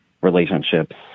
relationships